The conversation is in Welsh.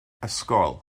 ysgol